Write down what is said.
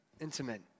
intimate